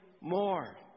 more